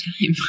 time